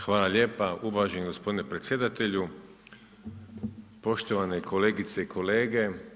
Hvala lijepa uvaženi gospodine predsjedatelju, poštovane kolegice i kolege.